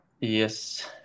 Yes